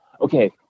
okay